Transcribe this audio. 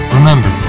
Remember